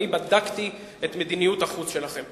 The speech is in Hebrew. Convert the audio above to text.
ואני בדקתי את מדיניות החוץ שלכם.